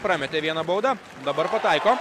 prametė vieną baudą dabar pataiko